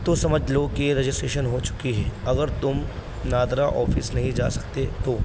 تو سمجھ لو کہ رجسٹریشن ہو چکی ہے اگر تم ناظرہ آفس نہیں جا سکتے تو